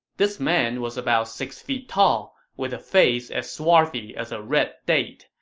this man was about six feet tall, with a face as swarthy as a red date.